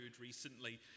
recently